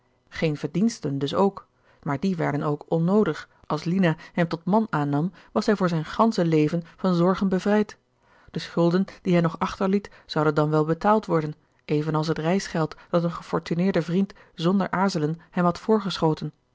geen verdiensten dus ook maar die werden ook onnoodig als lina hem tot man aannam was hij voor zijn gansche leven van zorgen bevrijd de schulden die hij nog achterliet zouden dan wel betaald worden even als het reisgeld dat een gefortuneerde vriend zonder aarzelen hem had